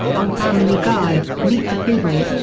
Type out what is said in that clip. on family guy, meet the feebles,